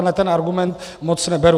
Já tento argument moc neberu.